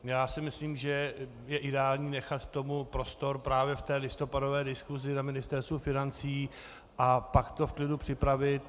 Já si myslím, že je ideální nechat tomu prostor právě v té listopadové diskusi na Ministerstvu financí a pak to v klidu připravit.